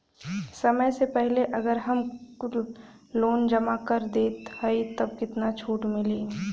समय से पहिले अगर हम कुल लोन जमा कर देत हई तब कितना छूट मिली?